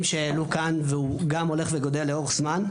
שהעלו כאן והוא גם הולך וגדל לאורך זמן,